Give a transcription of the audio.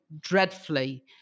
dreadfully